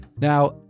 Now